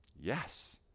Yes